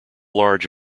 large